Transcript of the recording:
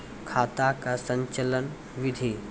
खाता का संचालन बिधि?